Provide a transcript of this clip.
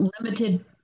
limited